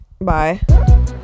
Bye